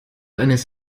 eines